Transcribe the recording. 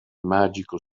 magico